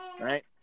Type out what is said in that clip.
Right